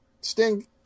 Sting